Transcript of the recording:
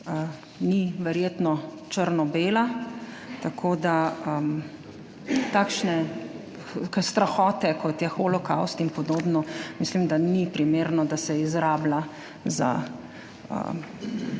verjetno ni črno-bela, tako da takšne strahote, kot je holokavst in podobno, mislim, da ni primerno, da se izrablja za